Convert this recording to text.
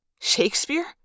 Shakespeare